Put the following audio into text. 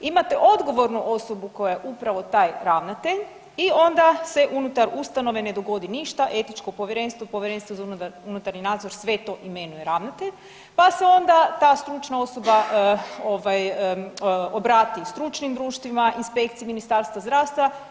Imate odgovornu osobu koja je upravo taj ravnatelj i onda se unutar ustanove ne dogodi ništa, Etičko povjerenstvo, Povjerenstvo za unutarnji nadzor sve to imenuje ravnatelj, pa se onda ta stručna osoba obrati stručnim društvima, Inspekciji Ministarstva zdravstva.